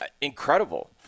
Incredible